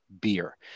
beer